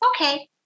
Okay